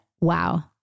wow